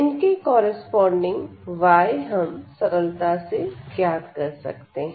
इनके corresponding y हम सरलता से ज्ञात कर सकते हैं